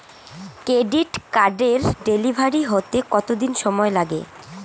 Credit কার্ডের delivery হতে কতদিন সময় লাগে?